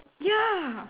ya